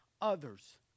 others